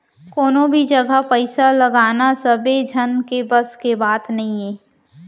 कोनो भी जघा पइसा लगाना सबे झन के बस के बात नइये